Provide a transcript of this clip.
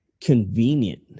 convenient